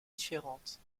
différente